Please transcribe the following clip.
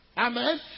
Amen